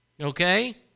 okay